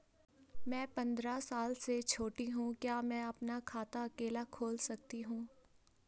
मैं पंद्रह साल से छोटी हूँ क्या मैं अपना खाता अकेला खोल सकती हूँ?